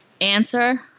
answer